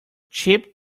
cheap